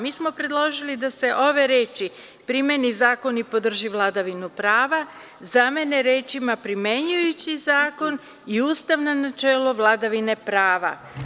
Mi smo predložili da se ove reči – primeni zakon i podrži vladavinu prava, zamene rečima – primenjujući zakon i ustavna načela vladavine prava.